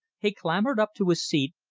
he clambered up to his seat,